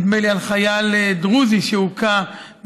נדמה לי על חייל דרוזי שהוכה,